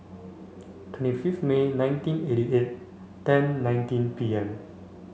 twenty fifth May nineteen eighty eight ten nineteen P M